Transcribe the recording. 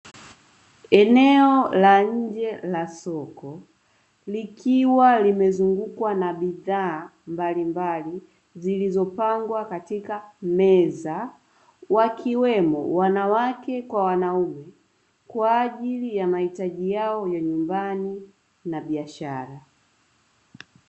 Eneo la nje la soko likiwa limezungukwa na bidhaa mbalimbali zilizopangwa katika meza, wakiwemo wanawake kwa wanaume Kwa ajili ya mahitaji yao ya nyumbani na biashara.